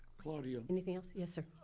claudia anything else, yes, sir?